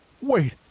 Wait